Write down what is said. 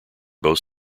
both